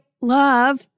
love